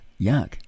Yuck